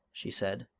she said,